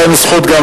לא, אל תזכיר שמות,